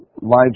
lives